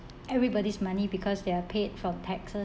everybody's money because they're paid from taxes